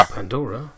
Pandora